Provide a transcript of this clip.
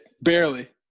Barely